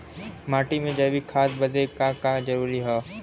माटी में जैविक खाद बदे का का जरूरी ह?